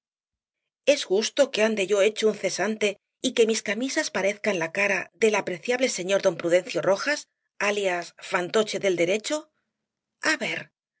es justo que ande yo hecho un cesante y que mis camisas parezcan la cara del apreciable señor don prudencio rojas alias fantoche del derecho a ver